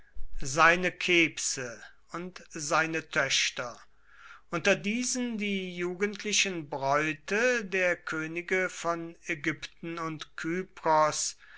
seine kebse und seine töchter unter diesen die jugendlichen bräute der könige von ägypten und